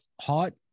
hot